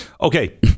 Okay